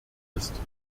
ist